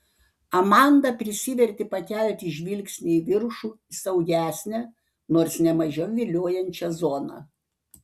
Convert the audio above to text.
amanda prisivertė pakelti žvilgsnį į viršų į saugesnę nors ne mažiau viliojančią zoną